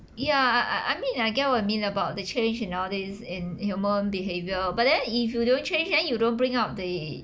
ya I I I mean I get what you mean about the change and all this in human behavior but then if you don't change then you don't bring out the